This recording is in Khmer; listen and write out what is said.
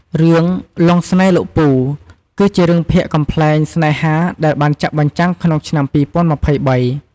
រឿង "លង់ស្នេហ៍លោកពូ" គឺជារឿងភាគកំប្លែងស្នេហាដែលបានចាក់បញ្ចាំងក្នុងឆ្នាំ ២០២៣។